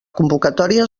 convocatòria